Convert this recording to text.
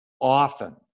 often